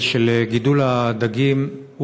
של גידול דגים,